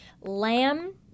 Lamb